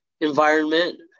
environment